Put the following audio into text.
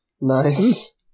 Nice